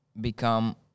become